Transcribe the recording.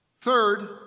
Third